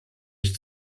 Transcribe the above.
ich